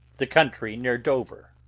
the country near dover.